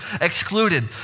excluded